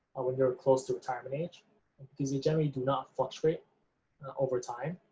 ah when you're close to retirement age because they generally do not fluctuate over time.